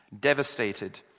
devastated